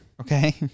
Okay